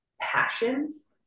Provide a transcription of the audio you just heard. passions